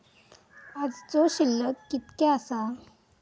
आजचो शिल्लक कीतक्या आसा?